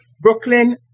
Brooklyn